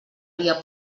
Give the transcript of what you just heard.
via